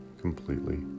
completely